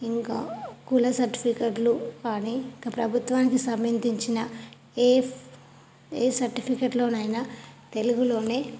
ఇంకా కుల సర్టిఫికెట్లు కానీ ఇంక ప్రభుత్వానికి సంబంధించిన ఏఫ్ ఏ సర్టిఫికేట్లోనైనా తెలుగులో